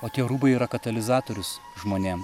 o tie rūbai yra katalizatorius žmonėm